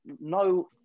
no